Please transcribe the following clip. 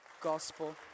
gospel